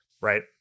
right